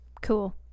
cool